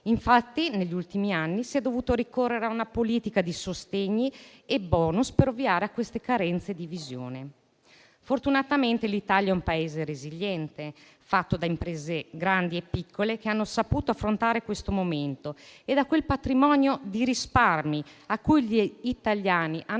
infatti, negli ultimi anni, si è dovuto ricorrere a una politica di sostegni e *bonus*, per ovviare a queste carenze di visione. Fortunatamente l'Italia è un Paese resiliente, fatto da imprese grandi e piccole che hanno saputo affrontare questo momento e da quel patrimonio di risparmi a cui gli italiani hanno